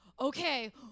okay